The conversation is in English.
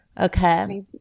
okay